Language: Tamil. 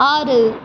ஆறு